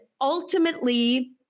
ultimately